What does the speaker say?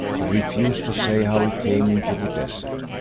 he refused to say how he came into the desert,